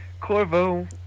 Corvo